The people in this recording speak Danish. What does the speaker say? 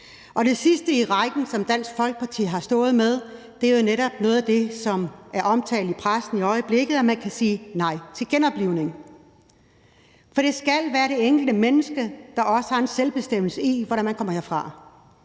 det sidste i rækken, som Dansk Folkeparti har stået for, er netop noget af det, som er omtalt i pressen i øjeblikket, nemlig at man kan sige nej til genoplivning, for det skal være det enkelte menneske, der har selvbestemmelsesretten, i forbindelse med hvordan man kommer herfra.